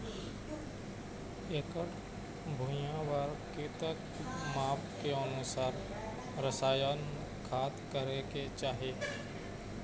एकड़ भुइयां बार कतेक माप के अनुसार रसायन खाद करें के चाही?